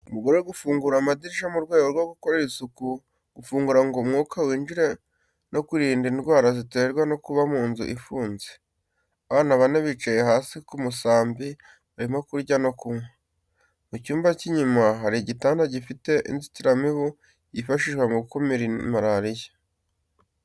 Umugore uri gufungura amadirishya mu rwego rwo gukora isuku, gufungura ngo umwuka winjire no kwirinda indwara ziterwa no kuba mu nzu ifunze. Abana bane bicaye hasi ku musambi barimo kurya no kunywa. Mu cyumba cy’inyuma hari igitanda gifite inzitiramibu yifashishwa mu gukumira malaria.